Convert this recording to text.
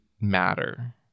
matter